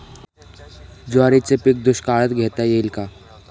ज्वारीचे पीक दुष्काळात घेता येईल का?